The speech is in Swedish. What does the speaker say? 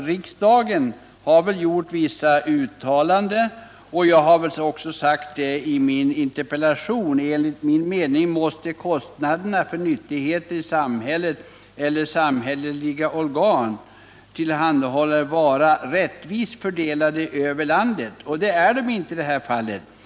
Riksdagen har väl gjort vissa uttalanden, och i min interpellation har jag bl.a. skrivit: ”Enligt min mening måste kostnaderna för de nyttigheter samhället eller samhälleliga organ tillhandahåller vara rättvist fördelade över landet.” I det här fallet är inte kostnaderna rättvist fördelade.